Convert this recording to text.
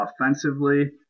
offensively